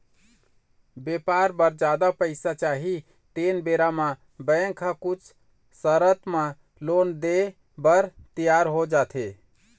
बेपार बर जादा पइसा चाही तेन बेरा म बेंक ह कुछ सरत म लोन देय बर तियार हो जाथे